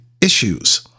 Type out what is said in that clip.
issues